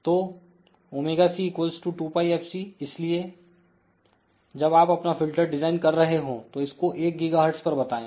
तो ωc 2πfc इसलिए जब आप अपना फ़िल्टर डिज़ाइन कर रहे हों तो इसको 1 गीगाहर्टज पर बताएं